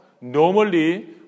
Normally